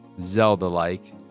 Zelda-like